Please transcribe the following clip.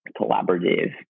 collaborative